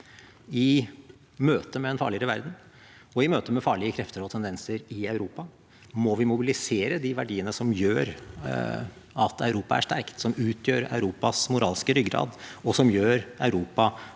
I møte med en farligere verden og i møte med farlige krefter og tendenser i Europa må vi mobilisere de verdiene som gjør at Europa er sterkt, som utgjør Europas moralske ryggrad, og som gjør Europa